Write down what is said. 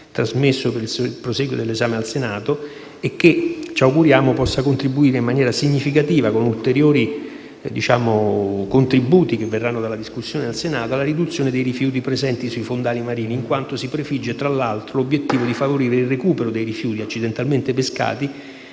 trasmesso per il prosieguo dell'esame al Senato e che ci auguriamo possa contribuire in maniera significativa, con ulteriori contributi che verranno dalla discussione al Senato, alla riduzione dei rifiuti presenti sui fondali marini in quanto si prefigge, tra l'altro, l'obiettivo di favorire il recupero dei rifiuti accidentalmente pescati,